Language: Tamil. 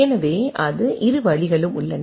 எனவே அது இரு வழிகளும் உள்ளன